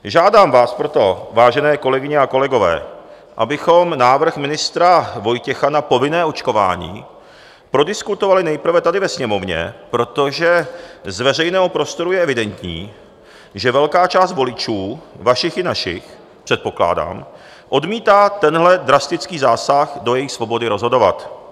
Žádám vás proto, vážené kolegyně a kolegové, abychom návrh ministra Vojtěcha na povinné očkování prodiskutovali nejprve tady ve Sněmovně, protože z veřejného prostoru je evidentní, že velká část voličů, vašich i našich, předpokládám, odmítá tenhle drastický zásah do jejich svobody rozhodovat.